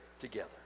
together